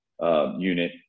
unit